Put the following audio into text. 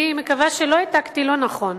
אני מקווה שלא העתקתי לא נכון.